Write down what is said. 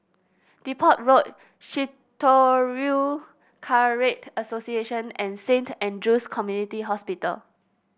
Depot Road Shitoryu Karate Association and Saint Andrew's Community Hospital